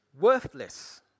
worthless